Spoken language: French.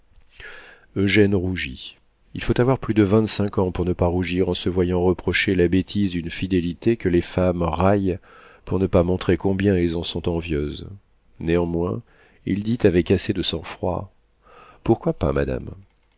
eugène rougit il faut avoir plus de vingt-cinq ans pour ne pas rougir en se voyant reprocher la bêtise d'une fidélité que les femmes raillent pour ne pas montrer combien elles en sont envieuses néanmoins il dit avec assez de sang-froid pourquoi pas madame